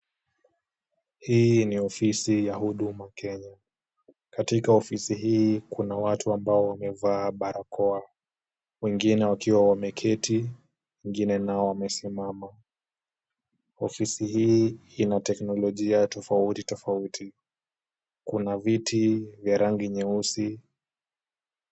Hii ni ofisi ya huduma Kenya. Katika ofisi hii kuna watu ambao wamevaa barakoa, wengine wakiwa wameketi, wengine nao wamesimama. Ofisi hii ina teknolojia tofauti tofauti. Kuna viti vya rangi nyeusi.